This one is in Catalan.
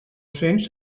cents